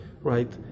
right